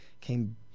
came